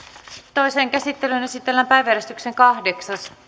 toiseen käsittelyyn esitellään päiväjärjestyksen kahdeksas